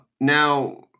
Now